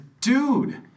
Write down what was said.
Dude